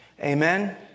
Amen